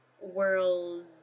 world